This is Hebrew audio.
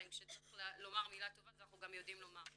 כשצריך לומר מילה טובה, אנחנו גם יודעים לומר.